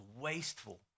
wasteful